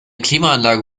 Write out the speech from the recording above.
klimaanlage